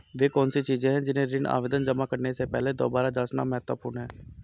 वे कौन सी चीजें हैं जिन्हें ऋण आवेदन जमा करने से पहले दोबारा जांचना महत्वपूर्ण है?